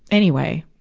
anyway.